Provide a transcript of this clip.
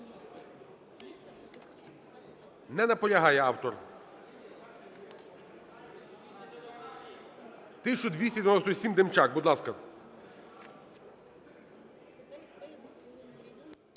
Не наполягає автор. 1297, Демчак. Будь ласка.